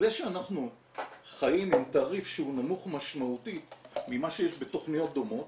זה שאנחנו חיים עם תעריף שהוא נמוך משמעותית ממה שיש בתכניות דומות